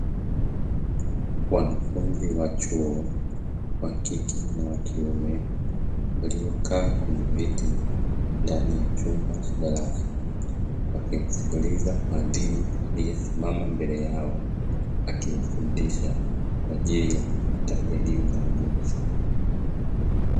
Wanafunzi wa chuo wa kike na wa kiume ,waliokaa kwenye vyeti ndani ya chumba cha darasa, wakimsikiliza mhadhiri aliyesimama mbele yao, akiwafundisha kwa ajili ya kupata elimu na ujuzi.